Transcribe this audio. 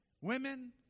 women